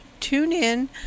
TuneIn